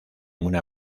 una